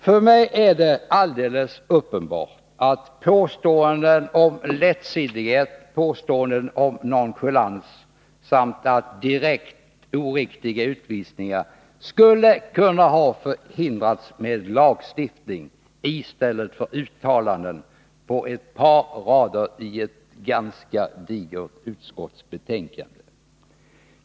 För mig är det alldeles uppenbart att påståenden om lättsinnighet och nonchalans samt direkt oriktiga utvisningar skulle ha kunnat förebyggas med lagstiftning i stället för uttalanden på ett par rader i ett ganska digert utskottsbetänkande.